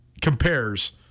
compares